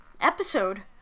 episode